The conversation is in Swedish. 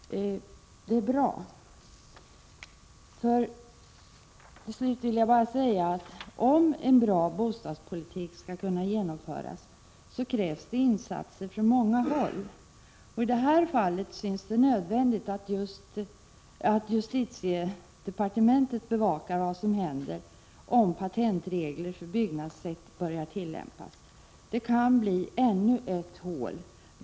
Under större delen av utredningen i Palmemålet har en representant för justitiedepartementet varit närvarande i det s.k. Palmerummet. Denna person har i vart fall haft till uppgift att fortlöpande motta information från den s.k. spaningsledningen. Denna direktinformation har sedan vidarebefordrats främst till justitieministern. Numera har brottsutredningen omorganiserats enligt särskilt regeringsbeslut.